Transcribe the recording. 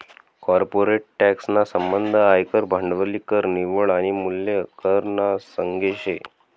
corporate tax ना संबंध आयकर, भांडवली कर, निव्वळ आनी मूल्य कर ना संगे शे